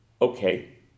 Okay